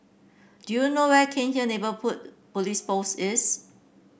do you know where Cairnhill Neighbourhood Police Post is